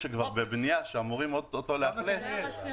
למה 160?